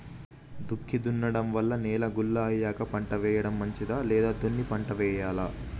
దుక్కి దున్నడం వల్ల నేల గుల్ల అయ్యాక పంట వేయడం మంచిదా లేదా దున్ని పంట వెయ్యాలా?